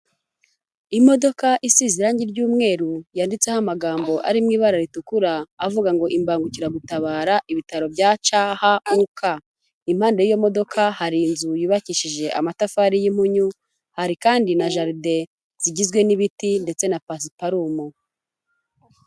Imodoka isize irangi ry'umweru yanditseho amagambo ari mu ibara ritukura avuga ngo imbangukiragutabara ibitaro bya CHUK, impande y'iyo modoka hari inzu yubakishije amatafari y'impunyu hari kandi na jaride zigizwe n'ibiti ndetse na pasiparumu.